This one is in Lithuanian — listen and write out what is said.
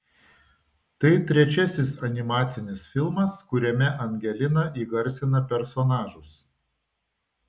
tai trečiasis animacinis filmas kuriame angelina įgarsina personažus